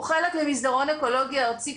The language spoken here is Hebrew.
הוא חלק ממסדרון אקולוגי ארצי,